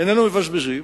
איננו מבזבזים,